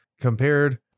compared